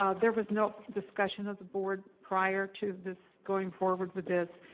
um there was no discussion with the board prior to this going forward with this.